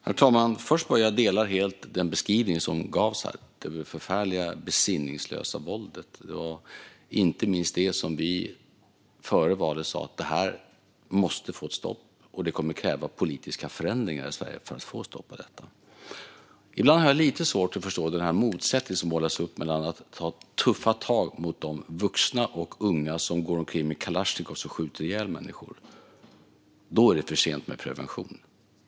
Herr talman! Jag instämmer helt i den beskrivning som gavs här av det förfärliga, besinningslösa våldet. Det var inte minst om det vi före valet sa att det här måste få ett stopp, och det kommer att krävas politiska förändringar i Sverige för att få stopp på detta. Ibland har jag lite svårt att förstå den här motsättningen som målas upp mellan prevention och att ta tuffa tag mot de vuxna och unga som går omkring med kalasjnikovar och skjuter ihjäl människor. Då är det för sent för prevention.